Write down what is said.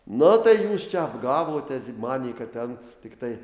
na tai jūs čia apgavote manė kad ten tiktai